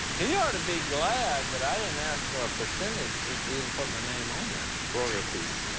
he oughta be glad that i didn't ask for a percentage just to even put my name on there. royalties.